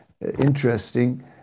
interesting